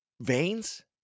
veins